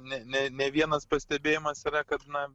ne ne ne vienas pastebėjimas yra kad na